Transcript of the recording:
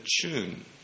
tune